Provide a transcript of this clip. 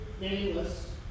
Nameless